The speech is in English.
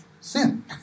sin